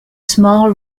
small